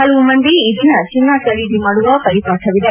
ಹಲವು ಮಂದಿ ಈ ದಿನ ಚಿನ್ನ ಖರೀದಿ ಮಾಡುವ ಪರಿಪಾಠವಿದೆ